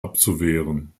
abzuwehren